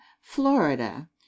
Florida